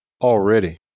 already